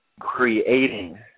creating